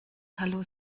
hallo